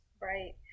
Right